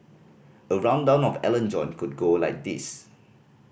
a rundown on Alan John could go like this